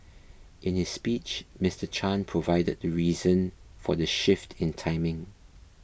in his speech Mister Chan provided the reason for the shift in timing